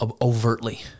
overtly